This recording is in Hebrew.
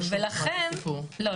ולכן --- לא,